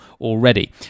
already